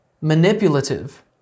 manipulative